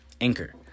Anchor